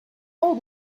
old